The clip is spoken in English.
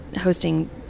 hosting